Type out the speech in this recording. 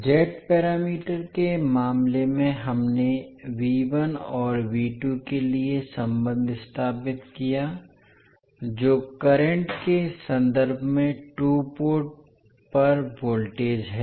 Z parameter के मामले में हमने और के लिए संबंध स्थापित किया जो करंट के संदर्भ में टू पोर्ट पर वोल्टेज है